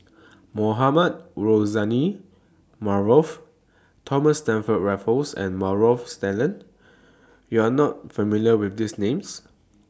Mohamed Rozani Maarof Thomas Stamford Raffles and Maarof Salleh YOU Are not familiar with These Names